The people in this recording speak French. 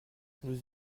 nous